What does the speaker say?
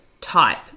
type